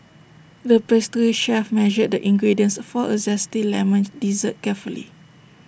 the pastry chef measured the ingredients for A Zesty Lemon Dessert carefully